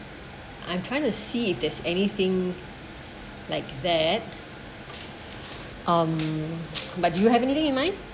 I'm trying to see if there's anything like that um but do you have anything in mind